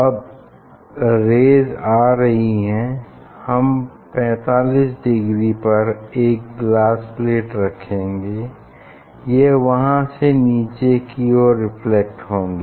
अब यह रेस आ रही हैं हम 45 डिग्री पर एक ग्लास प्लेट रखेंगे यह वहां से नीचे की ओर रिफ्लेक्ट होंगी